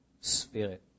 spirit